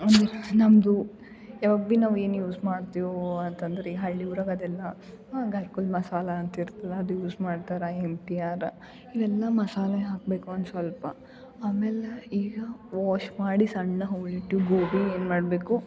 ಅಂದ್ರೆ ನಮ್ಮದು ಯಾವ್ದು ಬಿ ನಾವು ಏನು ಯೂಸ್ ಮಾಡ್ತೀವೋ ಅತಂದ್ರೆ ಈ ಹಳ್ಳಿ ಊರಾಗ್ ಅದೆಲ್ಲ ಗಾಯ್ಕುಲ್ ಮಸಾಲಾ ಅಂತಿರ್ತದೆ ಅದು ಯೂಸ್ ಮಾಡ್ತಾರಾ ಎಮ್ ಟಿ ಆರ ಇವೆಲ್ಲಾ ಮಸಾಲೆ ಹಾಕಬೇಕು ಒಂದು ಸ್ವಲ್ಪ ಆಮೇಲ ಈಗ ವಾಷ್ ಮಾಡಿ ಸಣ್ಣ ಹೋಳಿಟ್ಟು ಗೋಬಿ ಏನು ಮಾಡಬೇಕು